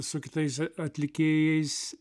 su kitais atlikėjais